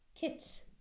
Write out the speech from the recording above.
Kit